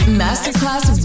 masterclass